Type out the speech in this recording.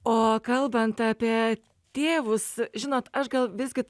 o kalbant apie tėvus žinot aš gal visgi